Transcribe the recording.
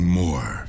more